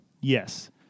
Yes